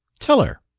tell her!